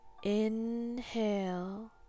Inhale